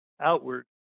outward